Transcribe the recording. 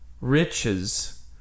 riches